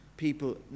people